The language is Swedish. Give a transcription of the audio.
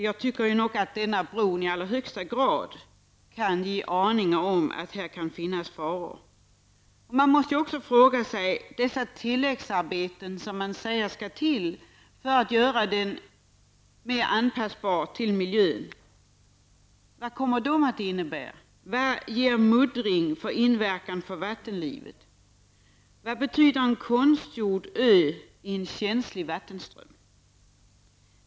Jag tycker nog att denna bro i allra högsta grad kan ge aningar om att det här kan finnas faror. Man måste också fråga sig vad det tilläggsarbete som det sägs skall till för att anpassa bron mer till miljön kommer att innebära. Vad har muddring för inverkan på vattenlivet? Vad betyder en konstgjord ö i en känslig vattenström?